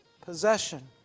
possession